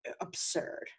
Absurd